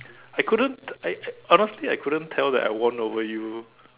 I couldn't I I honestly I couldn't tell that I won over you